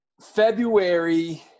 February